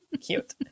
Cute